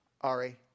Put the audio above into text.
Ari